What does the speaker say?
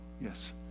Yes